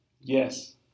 Yes